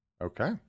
Okay